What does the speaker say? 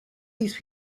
these